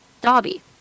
Dobby